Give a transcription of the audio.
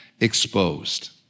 exposed